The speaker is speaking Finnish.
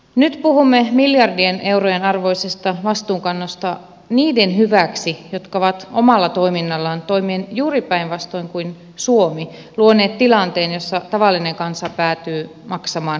nyt puhumme miljardien eurojen arvoisesta vastuunkannosta niiden hyväksi jotka ovat omalla toiminnallaan toimien juuri päinvastoin kuin suomi luoneet tilanteen jossa tavallinen kansa päätyy maksamaan kalleimman hinnan